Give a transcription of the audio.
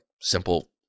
simple